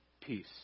Peace